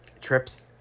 trips